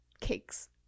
cakes